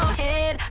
head,